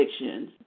addictions